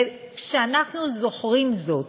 וכשאנחנו זוכרים זאת,